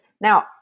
Now